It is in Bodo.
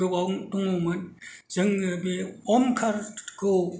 गोबां दङमोन जोङो बे अमखारखौ